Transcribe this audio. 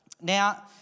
Now